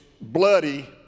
bloody